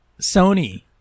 Sony